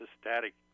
static